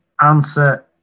answer